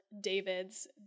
David's